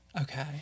Okay